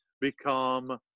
become